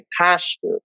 pastor